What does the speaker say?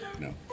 No